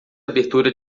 abertura